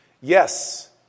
Yes